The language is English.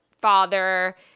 father